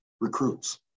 recruits